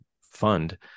fund